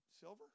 Silver